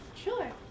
Sure